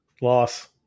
Loss